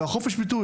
וחופש ביטוי.